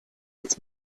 its